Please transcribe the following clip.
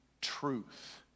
truth